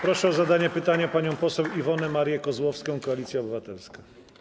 Proszę o zadanie pytania panią poseł Iwonę Marię Kozłowską, Koalicja Obywatelska.